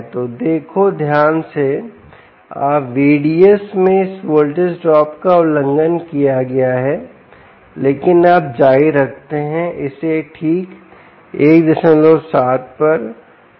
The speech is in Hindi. तो देखो ध्यान से आप VDS में इस वोल्टेज ड्रॉप का उल्लंघन किया गया है लेकिन आप जारी रखते हैं इसे ठीक 17 पर जो आवश्यक है